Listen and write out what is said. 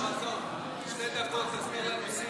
חבר הכנסת דוידסון,